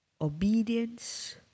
obedience